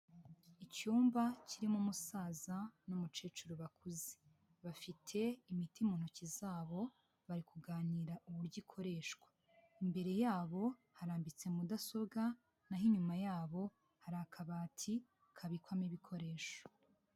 Icyumba kirimo umusaza n'umukecuru bakuze, bafite imiti mu ntoki zabo bari kuganira uburyo ikoreshwa, imbere yabo harambitse mudasobwa, na ho inyuma yabo hari akabati kabikwamo ibikoresho.